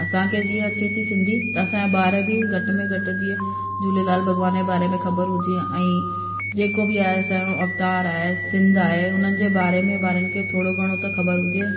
असांखे जीअं अचे थी सिंधी त असांजा ॿार बि घटि में घटि जीअं झूलेलाल भॻवान जे बारे में ख़बरु हुजे ऐं जेको बि आहे असांजो अवतार आहे सिंध आहे हुननि जे बारे में ॿारनि खे थोरो घणो त ख़बर हुजे